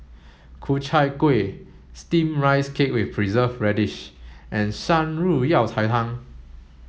Ku Chai Kuih steamed rice cake with preserved radish and Shan Rui Yao Cai Tang